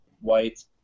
white